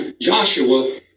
Joshua